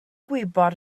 gwybod